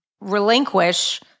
relinquish